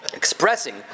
Expressing